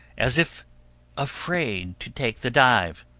as if afraid to take the dive,